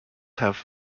have